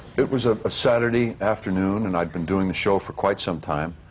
it was a ah saturday afternoon, and i'd been doing the show for quite some time.